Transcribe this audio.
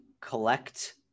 collect